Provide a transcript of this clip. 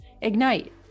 Ignite